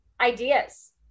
ideas